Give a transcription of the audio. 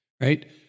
right